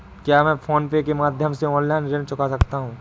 क्या मैं PhonePe के माध्यम से ऑनलाइन ऋण चुका सकता हूँ?